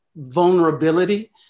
vulnerability